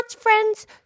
friends